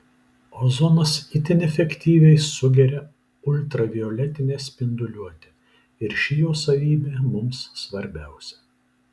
ozonas itin efektyviai sugeria ultravioletinę spinduliuotę ir ši jo savybė mums svarbiausia